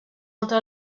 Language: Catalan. altra